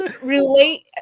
relate